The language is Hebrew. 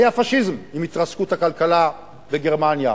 היה פאשיזם עם התרסקות הכלכלה בגרמניה,